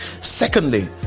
secondly